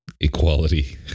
equality